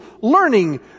learning